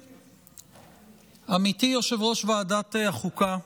עמיתי יושב-ראש ועדת החוקה,